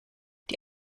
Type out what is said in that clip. die